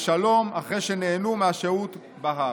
בשלום אחרי שנהנו מהשהות בהר.